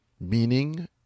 meaning